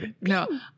No